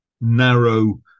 narrow